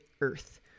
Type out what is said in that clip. Earth